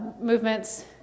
movements